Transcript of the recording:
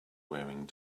wearing